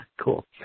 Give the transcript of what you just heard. Cool